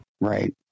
Right